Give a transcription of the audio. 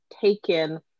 taken